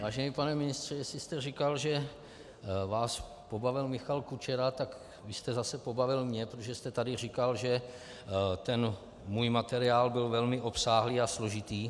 Vážený pane ministře, jestli jste říkal, že vás pobavil Michal Kučera, tak vy jste zase pobavil mě, protože jste tady říkal, že můj materiál byl velmi obsáhlý a složitý.